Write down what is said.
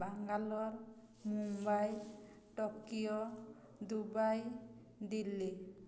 Bangalore Mumbai Tokyo Dubai Delhi